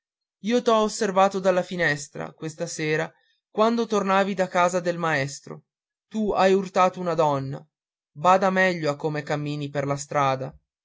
sabato io t'osservavo dalla finestra questa sera quando tornavi da casa del maestro tu hai urtato una donna bada meglio a come cammini per la strada